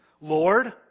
Lord